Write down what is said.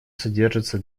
содержится